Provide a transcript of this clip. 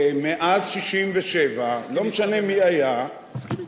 ומאז 1967, לא משנה מי היה, אני מסכים אתך.